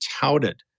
touted